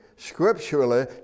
Scripturally